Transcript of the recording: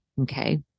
okay